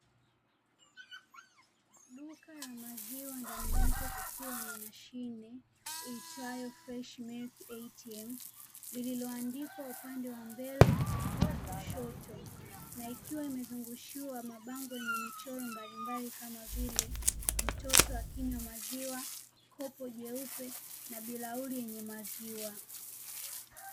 Duka la maziwa ndani yake kukiwa na mashine iitwayo "FRESH MILK ATM" lililoandikwa upande wa mbele na kushoto, na ikiwa imezungushiwa mabango yenye michoro mbalimbali kama vile; mtoto akinywa maziwa, kopo jeupe, na birauli yenye maziwa.